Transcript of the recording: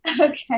Okay